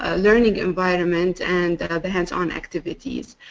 ah learning environment and the hands on activities.